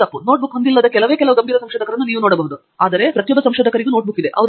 ನೀವು ನೋಟ್ಬುಕ್ ಹೊಂದಿಲ್ಲದ ಕೆಲವೇ ಗಂಭೀರ ಸಂಶೋಧಕರನ್ನು ಕಾಣಬಹುದು ಪ್ರತಿಯೊಬ್ಬರಿಗೂ ನೋಟ್ಬುಕ್ ಇದೆ